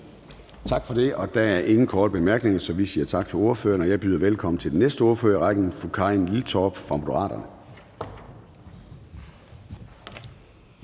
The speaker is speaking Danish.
Tak for det. Der er ingen korte bemærkninger, så vi siger tak til ordføreren. Jeg byder velkommen til den næste ordfører i rækken, som er fru Karin Liltorp fra Moderaterne.